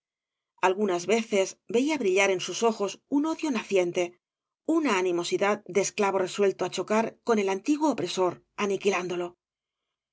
algunas veces veía brillar en bus ojos im odio naciente una animosidad de esclavo resuelto chocar con el antiguo opresor aniquilándolo